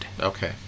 Okay